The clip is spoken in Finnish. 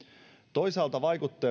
toisaalta